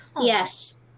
yes